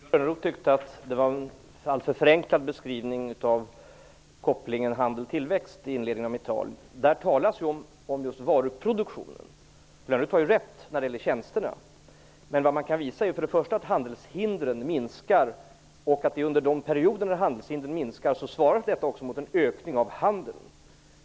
Fru talman! Johan Lönnroth tyckte att det var en alltför förenklad beskrivning av kopplingen handeltillväxt i inledningen av mitt tal. Där talas just om varuproduktion. Lönnroth har rätt när det gäller tjänsterna. Men vad man kan visa är först och främst att handelshindren minskar och att det under de perioder när handelshindren minskar också svarar mot en ökning av handeln.